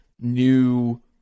new